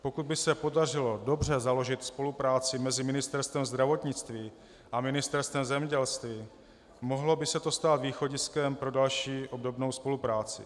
Pokud by se podařilo dobře založit spolupráci mezi Ministerstvem zdravotnictví a Ministerstvem zemědělství, mohlo by se to stát východiskem pro další obdobnou spolupráci.